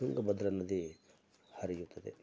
ತುಂಗಭದ್ರಾ ನದಿ ಹರಿಯುತ್ತದೆ